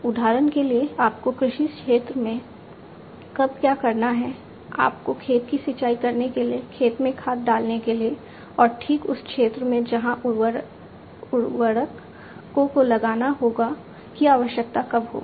उदाहरण के लिए आपको कृषि क्षेत्र में कब क्या करना है आपको खेत की सिंचाई करने के लिए खेत में खाद डालने के लिए और ठीक उस क्षेत्र में जहाँ उर्वरकों को लगाना होगा की आवश्यकता कब होगी